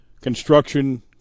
construction